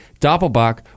Doppelbach